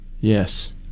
Yes